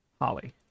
Holly